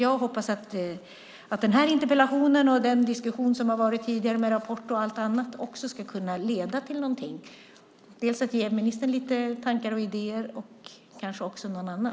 Jag hoppas att den här interpellationen och den diskussion som har varit tidigare med rapporter och annat också ska kunna leda till någonting och ge ministern lite tankar och idéer och kanske även någon annan.